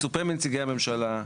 מצופה מנציגי הממשלה,